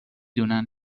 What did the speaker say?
دونن